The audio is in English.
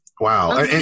wow